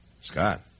Scott